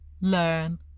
learn